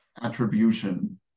attribution